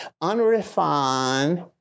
unrefined